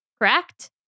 Correct